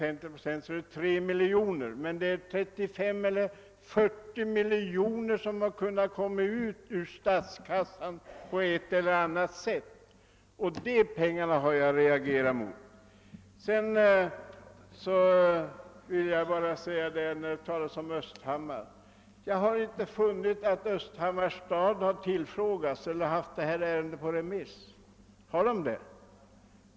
Beloppet har nu i stället blivit 35—40 miljoner kronor, och det är detta jag reagerar mot. Jag har inte funnit att Östhammars stad har tillfrågats eller haft detta ärende på remiss.